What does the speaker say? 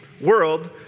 world